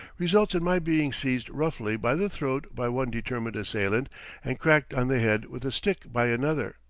results in my being seized roughly by the throat by one determined assailant and cracked on the head with a stick by another.